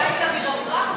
בגלל הביורוקרטיה,